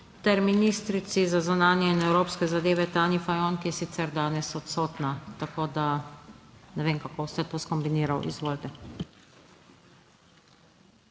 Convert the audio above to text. ter ministrici za zunanje in evropske zadeve Tanji Fajon, ki je sicer danes odsotna, tako da ne vem, kako boste to skombinirali. Izvolite.